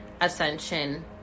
ascension